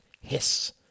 hiss